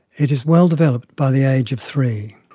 it is well developed by the age of three.